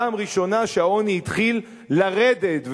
פעם ראשונה שהעוני התחיל לרדת.